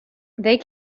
they